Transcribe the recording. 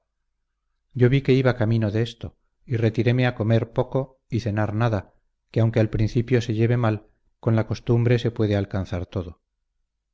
yo vi que iba camino de esto y retiréme a comer poco y cenar nada que aunque al principio se lleve mal con la costumbre se puede alcanzar todo